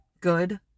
good